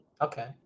Okay